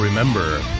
Remember